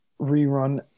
rerun